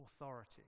authority